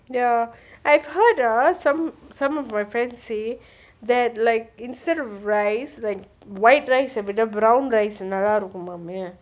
ya I heard ah there are some some of my friends say that like instead of rice like white rice விட:vida brown rice நல்லா இருக்குமாமே:nalla irukkumame